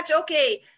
Okay